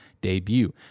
debut